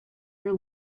your